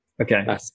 Okay